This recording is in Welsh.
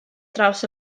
draws